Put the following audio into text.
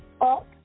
up